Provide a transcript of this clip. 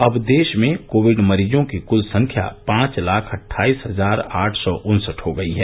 अब देश में कोविड मरीजों की कुल संख्या पांच लाख अट्ठाईस हजार आठ सौ उन्सठ हो गई है